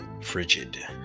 frigid